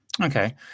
okay